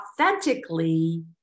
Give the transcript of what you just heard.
authentically